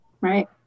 Right